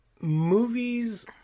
movies